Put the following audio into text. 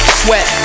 sweat